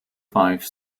five